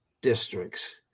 districts